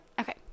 Okay